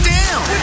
down